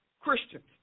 Christians